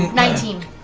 nineteen.